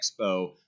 expo